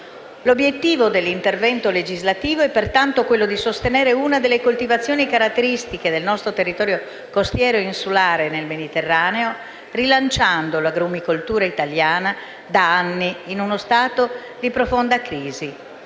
L'obiettivo dell'intervento legislativo è pertanto sostenere una delle coltivazioni caratteristiche del nostro territorio costiero e insulare nel Mediterraneo, rilanciando l'agrumicoltura italiana da anni in uno stato di profonda crisi;